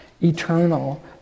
Eternal